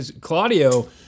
Claudio